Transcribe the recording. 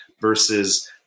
versus